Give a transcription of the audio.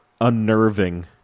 unnerving